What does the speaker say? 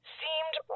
seemed